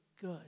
good